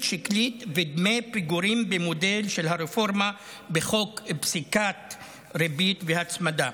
שקלית ודמי פיגורים במודל של הרפורמה בחוק פסיקת ריבית והצמדה.